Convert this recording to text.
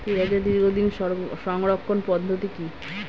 পেঁয়াজের দীর্ঘদিন সংরক্ষণ পদ্ধতি কি?